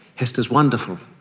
hester's wonderful,